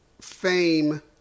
fame